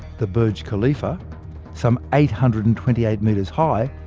the burj khalifa some eight hundred and twenty eight metres high,